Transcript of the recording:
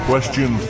Question